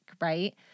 right